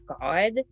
God